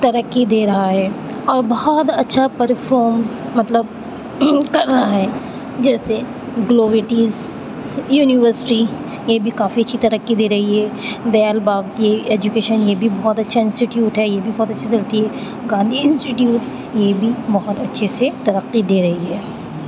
ترقی دے رہا ہے اور بہت اچھا پرفام مطلب کر رہا ہے جیسے گلوویٹیز یونیورسٹی یہ بھی کافی اچھی ترقی دے رہی ہے بیل باگ یہ بھی ایجوکیشن یہ بھی بہت اچھا انسٹیٹیوٹ ہے یہ بھی بہت اچھے سے ہوتی ہے گاندھی انسٹیٹیوٹ یہ بھی بہت اچھے سے ترقی دے رہی ہے